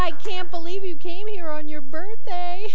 i can't believe you came here on your birthday